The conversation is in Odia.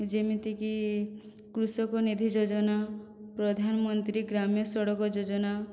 ଯେମିତିକି କୃଷକ ନିଧି ଯୋଜନା ପ୍ରଧାନମନ୍ତ୍ରୀ ଗ୍ରାମ୍ୟ ସଡ଼କ ଯୋଜନା